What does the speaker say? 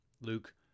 Luke